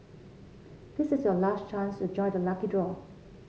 this is your last chance to join the lucky draw